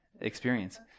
experience